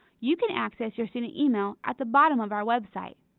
you can access your student email at the bottom of our website.